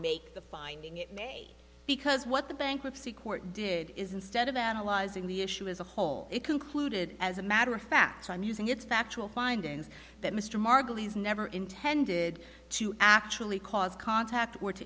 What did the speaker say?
make the finding it may because what the bankruptcy court did is instead of analyzing the issue as a whole it concluded as a matter of fact i'm using its factual findings that mr margulies never intended to actually cause contact